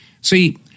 See